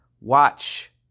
watch